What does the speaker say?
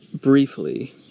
briefly